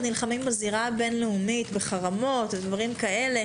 נלחמים בזירה הבין-לאומית בחרמות וכו',